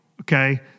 okay